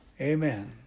Amen